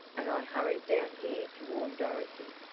and i hurried down here to warn dorothy.